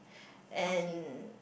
and